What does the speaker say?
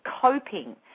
coping